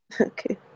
okay